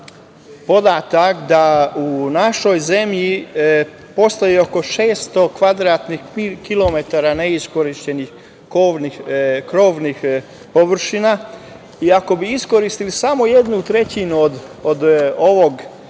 podatak da u našoj zemlji postoji oko 600 kvadratnih kilometara neiskorišćenih krovnih površina i ako bi iskoristili samo jednu trećinu od ovih